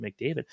mcdavid